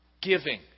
giving